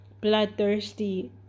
bloodthirsty